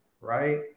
right